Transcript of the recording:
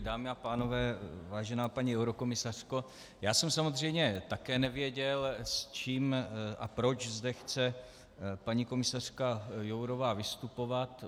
Dámy a pánové, vážená paní eurokomisařko, já jsem samozřejmě také nevěděl, s čím a proč zde chce paní komisařka Jourová vystupovat.